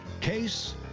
Case